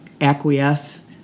acquiesce